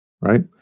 right